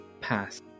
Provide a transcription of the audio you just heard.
pass